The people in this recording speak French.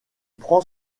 prend